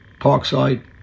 Parkside